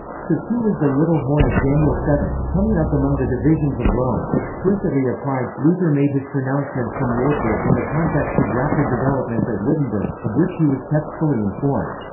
so too was the little horn of daniel seven, coming up among the divisions of rome, explicitly applied luther made his pronouncements from wartburg in the context of rapid developments at wittenberg, of which he was kept fully informed.